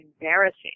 embarrassing